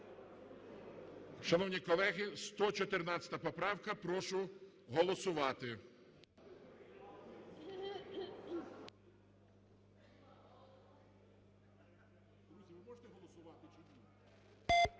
Шановні колеги, 114 поправка, прошу голосувати.